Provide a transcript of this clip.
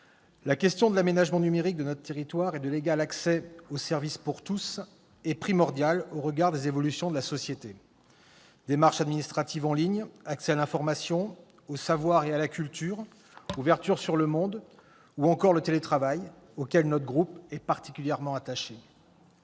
La question de l'aménagement numérique de notre territoire et de l'égal accès aux services pour tous est primordiale au regard des évolutions de la société : démarches administratives en ligne, accès à l'information, aux savoirs et à la culture, ouverture sur le monde, ou encore télétravail, auquel notre groupe est particulièrement attaché.